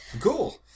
Cool